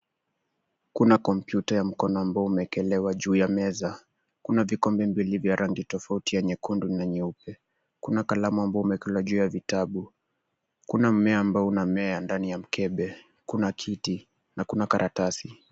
Kuna kompyuta ya mkono ambayo imewekelewa juu ya meza. Kuna vikombe viwili vya rangi tofauti ya nyekundu na nyeupe. Kuna kalamu ambayo imewekelewa juu ya vitabu, kuna mmea ambao unamea ndani ya mkebe. Kuna kiti na kuna karatasi.